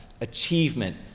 achievement